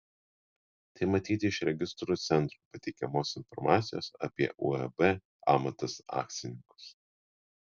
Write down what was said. tai matyti iš registrų centro pateikiamos informacijos apie uab amatas akcininkus